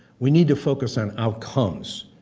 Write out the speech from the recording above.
we need to focus on outcomes,